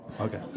okay